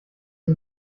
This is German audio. sie